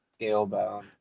scalebound